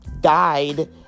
died